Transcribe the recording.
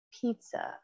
pizza